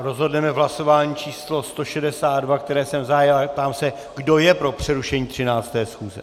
Rozhodneme v hlasování číslo 162, které jsem zahájil, a ptám se, kdo je pro přerušení 13. schůze.